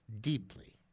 deeply